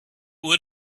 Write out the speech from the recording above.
would